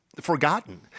forgotten